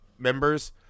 members